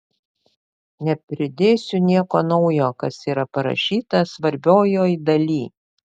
nepridėsiu nieko naujo kas yra parašyta svarbiojoj daly